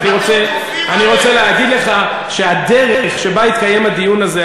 אני רוצה להגיד לך שהדרך שבה התקיים הדיון הזה,